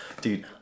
Dude